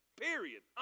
period